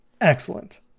excellent